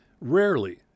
Rarely